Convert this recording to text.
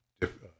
different